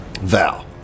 val